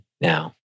now